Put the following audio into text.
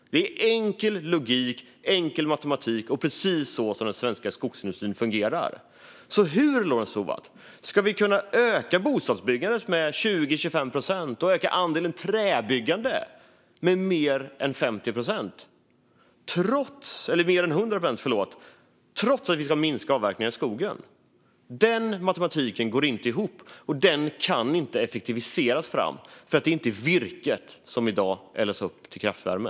Det är enkel logik och enkel matematik, och precis så fungerar den svenska skogsindustrin. Hur, Lorentz Tovatt, ska vi kunna öka bostadsbyggandet med 20-25 procent och andelen byggande i trä med mer än 100 procent, trots att vi ska minska avverkningen av skog? Den matematiken går inte ihop. Den kan inte heller effektiviseras fram, för det är inte virket som i dag eldas upp till kraftvärme.